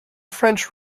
french